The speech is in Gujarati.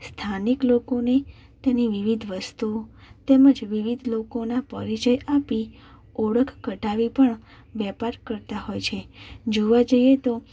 સ્થાનિક લોકોને તેની વિવિધ વસ્તુઓ તેમજ વિવિધ લોકોના પરિચય આપી ઓળખ કઢાવી પણ વેપાર કરતા હોય છે જોવા જઈએ તો